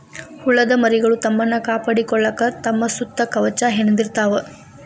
ಹುಳದ ಮರಿಗಳು ತಮ್ಮನ್ನ ಕಾಪಾಡಕೊಳಾಕ ತಮ್ಮ ಸುತ್ತ ಕವಚಾ ಹೆಣದಿರತಾವ